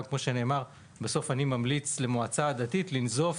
וגם בגלל שאני רק ממליץ למועצה הדתית לנזוף